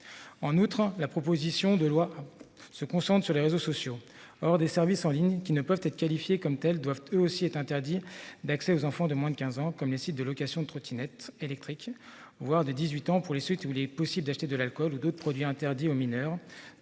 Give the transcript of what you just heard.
En outre, la proposition de loi se concentre sur les réseaux sociaux hors des services en ligne qui ne peuvent être qualifiés comme tel doivent eux aussi être interdits d'accès aux enfants de moins de 15 ans comme les sites de location de trottinettes électriques, voire des 18 ans pour les suites où il est possible d'acheter de l'alcool ou d'autres produits interdits aux mineurs